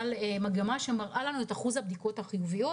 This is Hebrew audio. מגמה שמראה לנו את אחוז הבדיקות החיוביות.